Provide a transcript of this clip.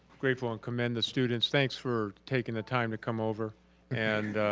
grateful and commend the students, thanks for taking the time to come over and